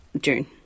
June